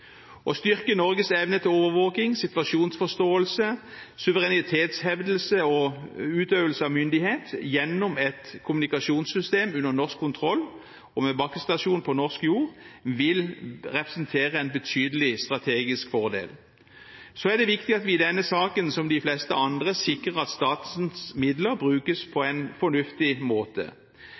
Å styrke Norges evne til overvåking, situasjonsforståelse, suverenitetshevdelse og utøvelse av myndighet gjennom et kommunikasjonssystem under norsk kontroll og med bakkestasjon på norsk jord, vil representere en betydelig strategisk fordel. Det er viktig at vi i denne saken, som i de fleste andre, sikrer at statens midler brukes på en fornuftig måte.